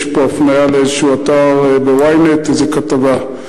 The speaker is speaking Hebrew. יש פה הפניה לאתר Ynet, לכתבה.